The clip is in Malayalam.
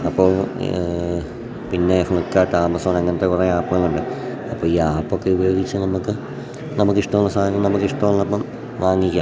അപ്പോൾ പിന്നെ ഫ്ലിപ്കാർട്ട് ആമസോൺ അങ്ങനത്തെ കുറേ ആപ്പുകളുണ്ട് അപ്പം ഈ ആപ്പൊക്കെ ഉപയോഗിച്ച് നമുക്ക് നമുക്കിഷ്ടമുള്ള സാധനം നമക്കിഷ്ടമുള്ളപ്പം വാങ്ങിക്കാം